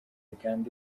kandi